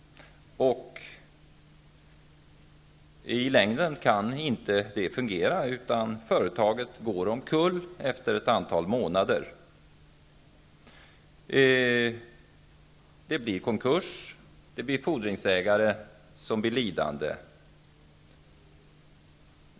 I längden kan det inte fungera, utan företaget går omkull efter ett antal månader. Det blir konkurs, och fordringsägarna blir lidande.